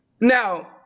now